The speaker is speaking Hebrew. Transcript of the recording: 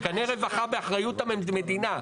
מתקני רווחה באחריות המדינה,